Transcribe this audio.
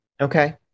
Okay